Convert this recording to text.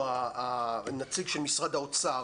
או הנציג של משרד האוצר,